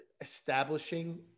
Establishing